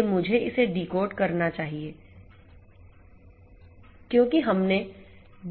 इसलिए मुझे इसे डिकोड करना चाहिए क्योंकि हमने